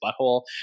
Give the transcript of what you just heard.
butthole